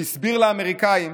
הוא הסביר לאמריקאים